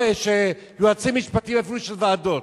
יועצים משפטיים אפילו של ועדות.